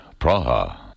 Praha